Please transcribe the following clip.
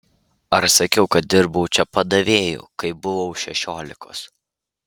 ar sakiau kad dirbau čia padavėju kai buvau šešiolikos